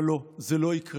אבל לא, זה לא יקרה.